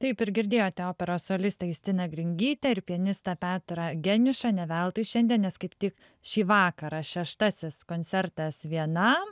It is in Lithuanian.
taip ir girdėjote operos solistę justiną gringytę ir pianistą petrą geniušą ne veltui šiandien nes kaip tik šį vakarą šeštasis koncertas vienam